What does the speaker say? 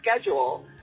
schedule